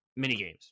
minigames